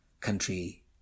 country